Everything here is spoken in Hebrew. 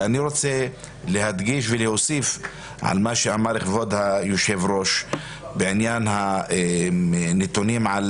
ואני רוצה להדגיש ולהוסיף על מה שאמר כבוד היו"ר בעניין הנתונים על